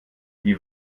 die